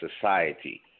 society